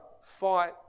fight